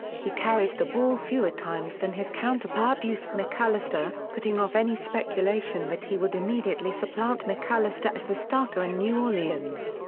he carried the ball fewer times than his counterpart deuce mcallister, putting off any speculation that he would immediately supplant mcallister as the starter in new orleans.